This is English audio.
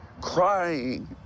crying